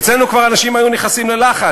אצלנו כבר אנשים היו נכנסים ללחץ.